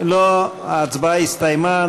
ההצבעה הסתיימה.